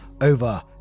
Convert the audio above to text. over